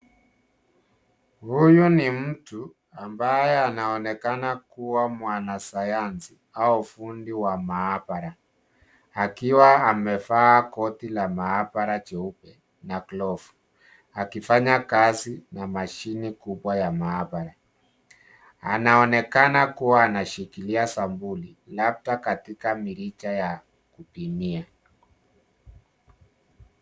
Huyu ni mtu, ambaye anaonekana kuwa mwanasayansi au fundi wa maabara, akiwa amevaa koti la maabara jeupe na glavu, akifanya kazi na mashine kubwa ya maabara. Anaonekana kuwa anashikilia sabuni, labda katika mirija ya kupimia.